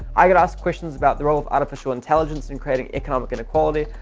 i got asked questions about the role of artificial intelligence in creating economic inequality.